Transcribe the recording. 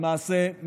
למעשה,